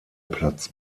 platz